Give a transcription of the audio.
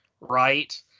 right